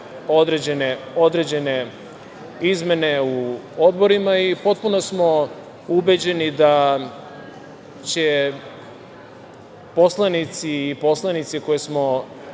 određene izmene u odborima i potpuno smo ubeđeni da će poslanici i poslanice koje smo